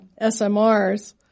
SMRs